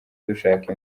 dushaka